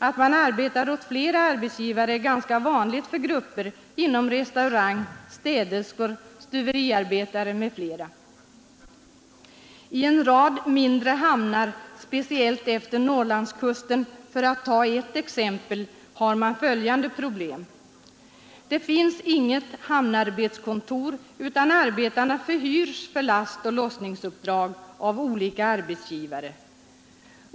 Att man arbetar åt flera arbetsgivare är ganska vanligt för grupper inom restaurangbranschen, bland städerskor, stuveriarbetare m.fl. I en rad mindre hamnar speciellt efter Norrlandskusten, för att ta ett exempel, har man följande problem. Det finns inget hamnarbetskontor utan arbetarna förhyrs för lastoch lossningsuppdrag av olika arbetsgivare.